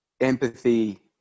empathy